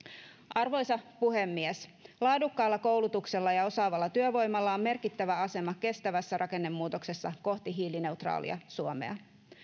arvoisa puhemies laadukkaalla koulutuksella ja osaavalla työvoimalla on merkittävä asema kestävässä rakennemuutoksessa kohti hiilineutraalia suomea